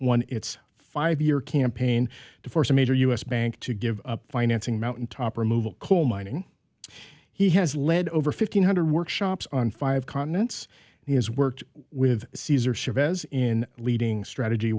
won its five year campaign to force a major u s bank to give up financing mountaintop removal coal mining he has led over fifteen hundred workshops on five continents he has worked with cesar chavez in leading strategy